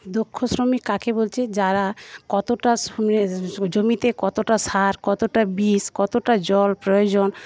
দক্ষ শ্রমিক কাকে বলছে যারা কতটা জমিতে কতটা সার কতটা বিষ কতটা জল প্রয়োজন